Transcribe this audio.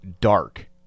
dark